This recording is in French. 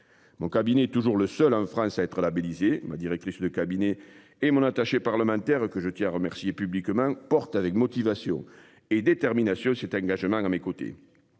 Mon cabinet toujours le seul en France à être labellisé ma directrice de cabinet et mon attachée parlementaire que je tiens à remercier publiquement porte avec motivation et détermination, cet engagement dans mes côtés.